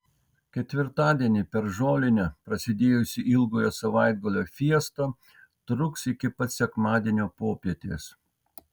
ketvirtadienį per žolinę prasidėjusi ilgojo savaitgalio fiesta truks iki pat sekmadienio popietės